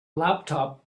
laptop